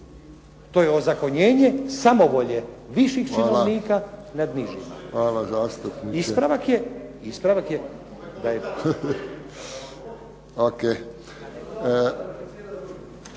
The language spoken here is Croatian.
To je ozakonjenje samovolje viših činovnika nad nižima. Ispravak je,